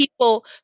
people